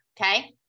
okay